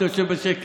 אתה יושב בשקט.